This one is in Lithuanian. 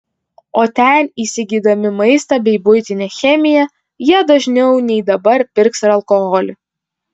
o ten įsigydami maistą bei buitinę chemiją jie dažniau nei dabar pirks ir alkoholį